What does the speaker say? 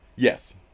Yes